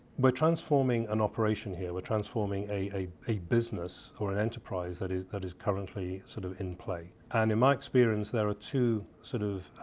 but transforming an operation here, we are transforming a a business or an enterprise that is that is currently sort of in play and in my experience there are two sort of